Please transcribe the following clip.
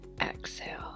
exhale